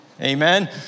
Amen